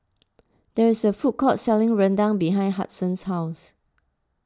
there is a food court selling Rendang behind Hudson's house